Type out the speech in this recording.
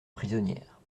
prisonnière